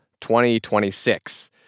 2026